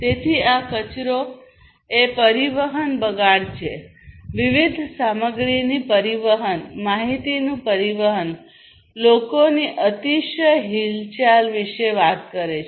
તેથી આ કચરો એ પરિવહન બગાડ છે વિવિધ સામગ્રીની પરિવહન માહિતીનું પરિવહન લોકોની અતિશય હિલચાલ વિશે વાત કરે છે